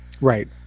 Right